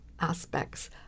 aspects